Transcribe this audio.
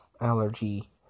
allergy